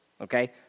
okay